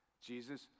Jesus